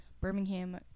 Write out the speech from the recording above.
Birmingham